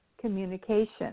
communication